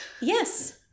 yes